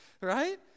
Right